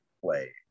play